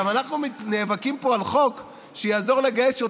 אנחנו נאבקים פה על חוק שיעזור לגייס יותר